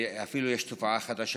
אפילו יש תופעה חדשה,